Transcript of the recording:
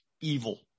evil